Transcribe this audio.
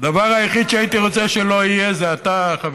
די לשקר, אין עם פלסטיני.